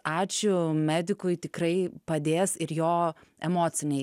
ačiū medikui tikrai padės ir jo emocinei